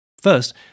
First